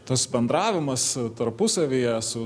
tas bendravimas tarpusavyje su